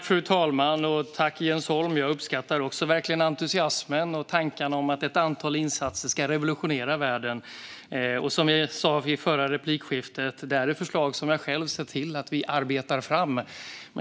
Fru talman! Jag uppskattar verkligen entusiasmen och tankarna om att ett antal insatser ska revolutionera världen. Som jag sa i det förra replikskiftet är detta förslag som jag själv har sett till att vi arbetat fram.